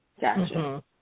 Gotcha